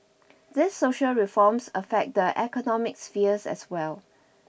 these social reforms affect the economic spheres as well